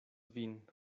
vin